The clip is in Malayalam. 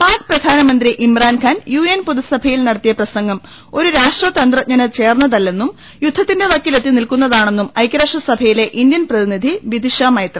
പാക്ക് പ്രധാമന്ത്രി ഇമ്രാൻഖാൻ യുഎൻ പൊതുസഭയിൽ നട ത്തിയ പ്രസംഗം ഒരു രാഷ്ട്ര തന്ത്രജ്ഞന് ചേർന്നതല്ലെന്നും യുദ്ധ ത്തിന്റെ വക്കില്പെത്തിക്കുന്നതാണെന്നും ഐക്യരാഷ്ട്രസഭയിലെ ഇന്ത്യൻ പ്രതിനിധി വിധിഷ മൈത്ര